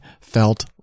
felt